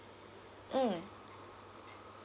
mm